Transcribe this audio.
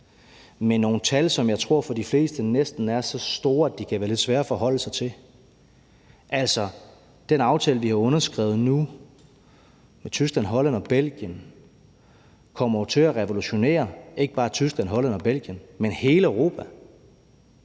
det nogle tal, som jeg tror for de fleste næsten er så store, at de kan være lidt svære at forholde sig til. Altså, den aftale, som vi nu har underskrevet med Tyskland, Holland og Belgien, kommer jo til at revolutionere ikke bare Tyskland, Holland og Belgien, men hele Europa.